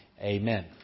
Amen